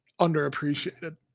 underappreciated